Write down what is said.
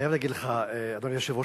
חייב להגיד לך, אדוני היושב-ראש.